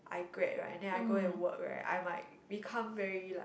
I grad right then I go and work right I might become very like